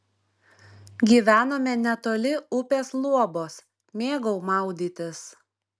gyvenome netoli upės luobos mėgau maudytis